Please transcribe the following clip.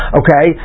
okay